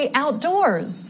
outdoors